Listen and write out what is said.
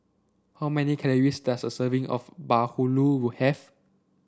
how many calories does a serving of Bahulu have